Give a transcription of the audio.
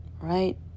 right